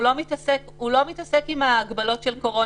הוא לא מתעסק עם ההגבלות של קורונה.